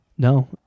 No